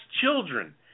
children